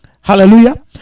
Hallelujah